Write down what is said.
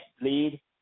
lead